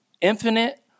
infinite